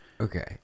okay